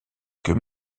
qu’eux